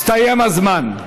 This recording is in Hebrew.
הסתיים הזמן.